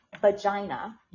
vagina